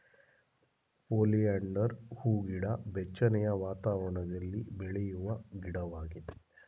oleander ಹೂಗಿಡ ಬೆಚ್ಚನೆಯ ವಾತಾವರಣದಲ್ಲಿ ಬೆಳೆಯುವ ಗಿಡವಾಗಿದೆ